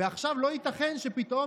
ועכשיו לא ייתכן שפתאום,